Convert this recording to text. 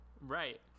right